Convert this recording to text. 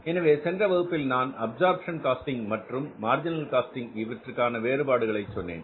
எனவே சென்ற வகுப்பில் நான் அப்சர்ப்ஷன் காஸ்டிங் மற்றும் மார்ஜினல் காஸ்டிங் இவற்றிற்கான வேறுபாடுகளை சொன்னேன்